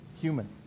human